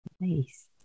nice